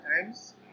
times